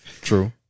True